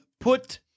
Put